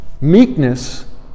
meekness